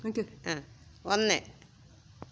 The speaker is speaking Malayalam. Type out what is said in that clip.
ഒന്ന്